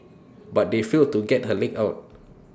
but they failed to get her leg out